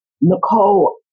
Nicole